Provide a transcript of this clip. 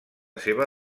seva